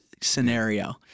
scenario